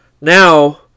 now